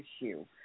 issue